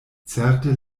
certe